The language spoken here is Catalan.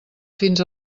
fins